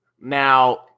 Now